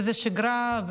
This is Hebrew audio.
וזו שגרה,